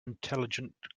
intelligent